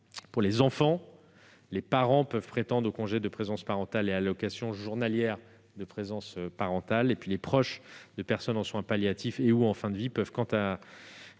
Pour les enfants, les parents peuvent prétendre au congé de présence parentale et à l'allocation journalière de présence parentale. En outre, les proches de personnes en soins palliatifs et/ou en fin de vie peuvent quant à